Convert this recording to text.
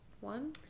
one